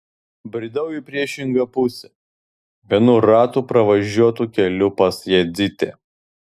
bridau į priešingą pusę vienų ratų pravažiuotu keliu pas jadzytę